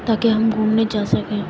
تاکہ ہم گھومنے جا سکیں